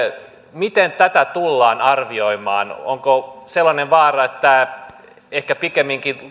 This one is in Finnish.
miten tätä tullaan arvioimaan onko sellainen vaara että tämä ehkä pikemminkin